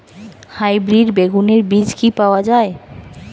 Hybrid বেগুনের বীজ কি পাওয়া য়ায়?